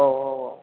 औ औ औ